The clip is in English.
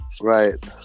right